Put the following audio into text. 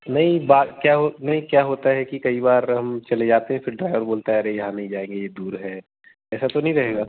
नहीं क्या नहीं क्या होता है कि कई बार हम चले जाते हैं फिर ड्राइवर बोलता है अरे यहाँ नहीं जाएंगे ये दूर है ऐसा तो नहीं रहेगा